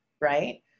right